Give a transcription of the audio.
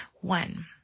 One